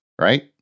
right